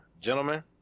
Gentlemen